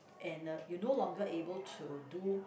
and uh you no longer able to do